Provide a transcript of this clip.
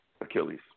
Achilles